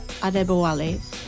Adebowale